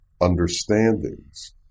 understandings